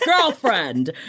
girlfriend